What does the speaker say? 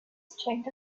strength